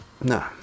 No